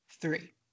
three